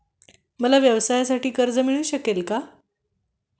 मला व्यवसायासाठी कर्ज मिळू शकेल का?